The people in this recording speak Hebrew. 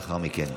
לאחר מכן.